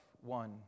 one